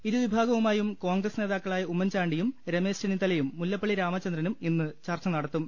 ഇരു വിഭാഗവുമായും കോൺഗ്രസ് നേതാക്കളായ ഉമ്മൻ ചാണ്ടിയും രമേശ് ചെന്നിത്തലയും മുല്ലപ്പള്ളി രാമചന്ദ്രനും ഇന്നു ചർച്ച നടത്തും